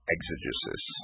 Exegesis